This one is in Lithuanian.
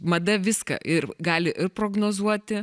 mada viską ir gali ir prognozuoti